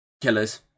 killers